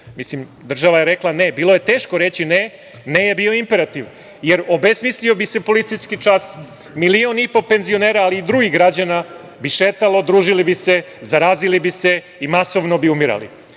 Mislim, država je rekla - ne. Bilo je teško reći – ne, ne je bio imperativ, jer obesmislio bi se policijski čas, milion i po penzionera, ali i drugih građana bi šetalo, družili bi se, zarazili bi se i masovno bi umirali.I